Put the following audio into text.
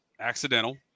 accidental